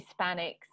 Hispanics